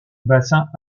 bassin